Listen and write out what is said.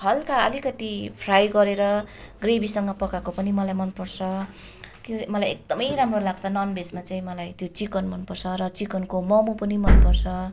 हलका अलिकति फ्राई गरेर ग्रेभीसँग पकाएको पनि मलाई मन पर्छ त्यो मलाई एकदमै राम्रो लाग्छ नन भेजमा चाहिँ मलाई त्यो चिकन मन पर्छ र चिकनको मम पनि मन पर्छ